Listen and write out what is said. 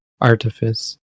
artifice